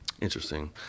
Interesting